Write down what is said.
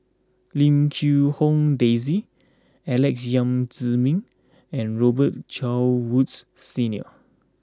Lim Quee Hong Daisy Alex Yam Ziming and Robet Carr Woods Senior